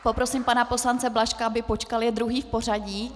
Poprosím pana poslance Blažka, aby počkal, je druhý v pořadí.